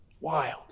Wild